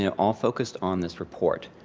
yeah all focused on this report.